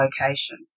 location